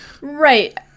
Right